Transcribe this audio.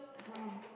!huh!